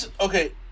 okay